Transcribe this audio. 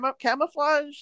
camouflage